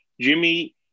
Jimmy